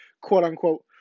quote-unquote